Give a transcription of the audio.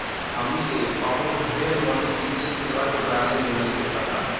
हमनी के अबो ढेर मनी वित्तीय सेवा के बारे में नइखे पता